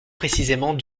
précisément